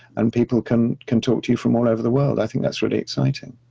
and people can can talk to you from all over the world. i think that's really exciting.